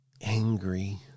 angry